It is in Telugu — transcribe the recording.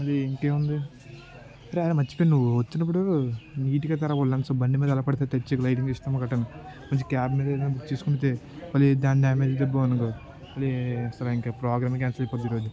అది ఇంకా ఏముంది అరే అరే మచ్చిపోయిన నువ్వు వచ్చినప్పుడు నీట్గా జర ఒల్లంత సో బండి మీద ఎలా పడితే అలా తెచ్చేకు లైటింగ్ చేస్తాము మంచి క్యాబ్ మీద ఏదనా బుక్ చేసుకుంటే మళ్ళీ దాని డామేజ్ అయితే బాగున్న సరే ఇంకా ప్రోగ్రామ్ కాన్సిల్ అయిపోద్ది ఈ రోజు